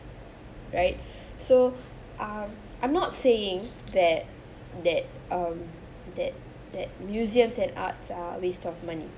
right so um I'm not saying that that um that that museums and arts are waste of money